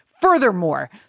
Furthermore